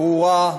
ברורה,